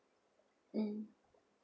mm